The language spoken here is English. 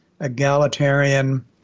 egalitarian